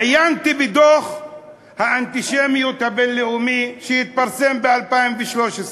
עיינתי בדוח האנטישמיות הבין-לאומי שהתפרסם ב-2013.